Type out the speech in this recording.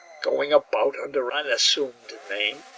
going about under an assumed name,